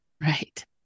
Right